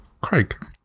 Craig